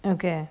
okay